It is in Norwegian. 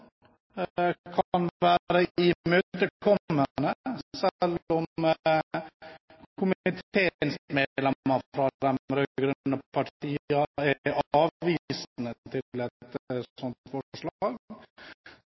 kan være imøtekommende. Selv om komiteens medlemmer